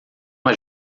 uma